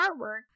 artwork